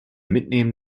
mitnehmen